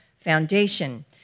Foundation